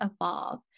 evolve